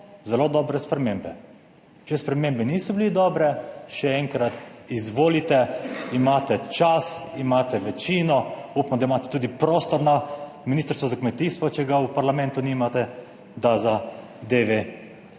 zelo dobre spremembe. Če spremembe niso bile dobre, še enkrat, izvolite, imate čas, imate večino. Upam, da imate tudi prostor na Ministrstvu za kmetijstvo, če ga v parlamentu nimate, da zadeve